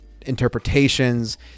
interpretations